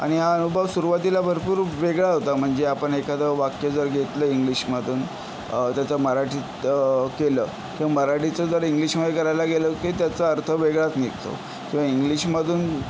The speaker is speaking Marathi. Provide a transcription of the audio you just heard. आणि हा अनुभव सुरुवातीला भरपूर वेगळा होता म्हणजे आपण एखादं वाक्य जर घेतलं इंग्लिशमधून त्याचा मराठीत केलं किंवा मराठीचं जर इंग्लिशमधे करायला गेलं की त्याचा अर्थ वेगळाच निघतो किंवा इंग्लिशमधून